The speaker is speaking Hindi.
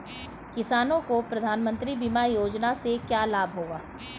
किसानों को प्रधानमंत्री बीमा योजना से क्या लाभ होगा?